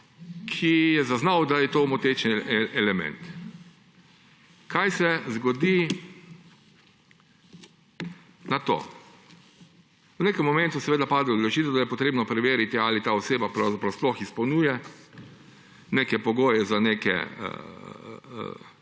ki je zaznal, da je to moteč element. Kaj se zgodi nato? V nekem momentu seveda pade odločitev, da je treba preveriti, ali ta oseba pravzaprav sploh izpolnjuje neke pogoje za neke